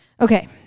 Okay